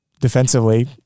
defensively